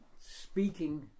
speaking